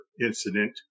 incident